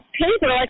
paper